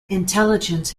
intelligence